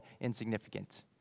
insignificant